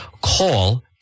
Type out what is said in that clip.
call